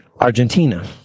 Argentina